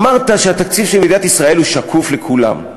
אמרת שהתקציב של מדינת ישראל הוא שקוף לכולם.